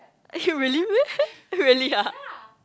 actually really meh really ah